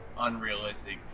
unrealistic